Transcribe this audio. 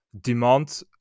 demand